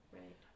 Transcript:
right